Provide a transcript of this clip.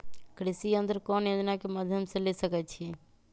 कृषि यंत्र कौन योजना के माध्यम से ले सकैछिए?